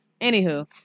Anywho